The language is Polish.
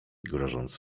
grożąc